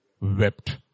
wept